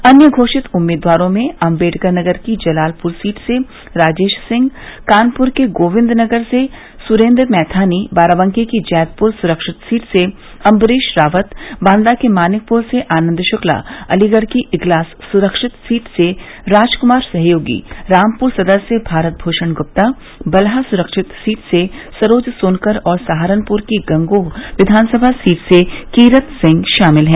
अन्य घोषित उम्मीदवारों में अम्बेडकर नगर की जलालपुर सीट से राजेश सिंह कानपुर के गोविन्द नगर से सुरेन्द्र मैथानी बाराबकी की जैदपुर सुरक्षित सीट से अम्बरीश रावत बांदा के मानिकपुर से आनद शुक्ला अलीगढ़ की इगलास सुरक्षित सीट से राजकुमार सहयोगी रामपुर सदर से भारत भूषण गुप्ता बलहा सुरक्षित सीट से सरोज सोनकर और सहारनपुर की गंगोह विधानसभा सीट से कीरत सिंह शामिल हैं